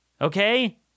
okay